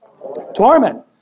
Torment